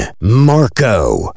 Marco